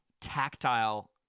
tactile